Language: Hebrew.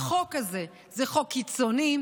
החוק הזה זה חוק קיצוני,